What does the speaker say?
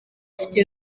afite